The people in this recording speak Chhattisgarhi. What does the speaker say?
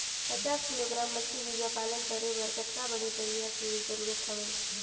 पचास किलोग्राम मछरी बीजा पालन करे बर कतका बड़े तरिया के जरूरत हवय?